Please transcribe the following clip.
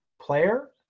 Player